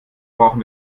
brauchen